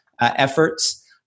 efforts